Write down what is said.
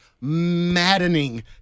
maddening